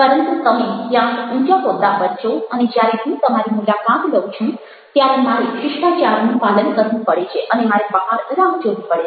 પરંતુ તમે ક્યાંક ઊંચા હોદ્દા પર છો અને જ્યારે હું તમારી મુલાકાત લઉં છું ત્યારે મારે શિષ્ટાચારનું પાલન કરવું પડે છે અને મારે બહાર રાહ જોવી પડે